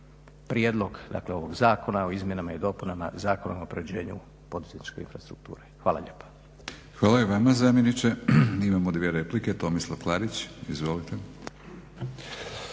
prijedlog ovog zakona o izmjenama i dopunama Zakona o unapređenju poduzetničke infrastrukture. Hvala lijepo. **Batinić, Milorad (HNS)** Hvala i vama zamjeniče. Imamo dvije replike. Tomislav Klarić. Izvolite.